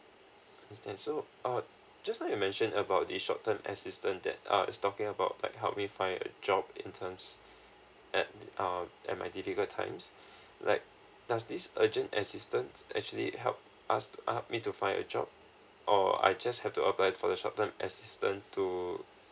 understand so uh just now you mentioned about the short term assistance that uh it's talking about like help me find a job in terms at uh at my difficult times like does this urgent assistance actually help us to up me to find a job or I just have to apply for a short term assistance to